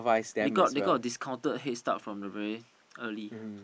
they got they got discounted head start from the very early